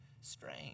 strange